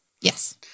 Yes